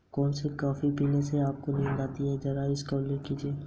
निर्वाह कृषि कितने प्रकार की होती हैं?